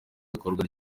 bikorwa